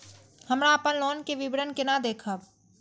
हमरा अपन लोन के विवरण केना देखब?